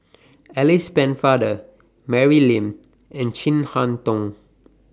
Alice Pennefather Mary Lim and Chin Harn Tong